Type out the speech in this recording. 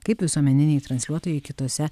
kaip visuomeniniai transliuotojai kitose